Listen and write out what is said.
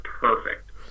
perfect